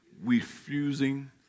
Refusing